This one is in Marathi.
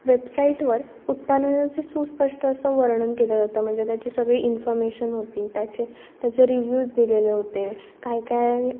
वेबसाईटवर उत्पादनाचं सुस्पष्ट असं वर्णन केलेलं होतं म्हणजे त्याची सगळी इन्फॉर्मेशन होती त्याचे त्याचे रिव्ह्यूज दिलेले होते काय काय